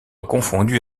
confondu